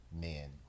men